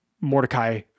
Mordecai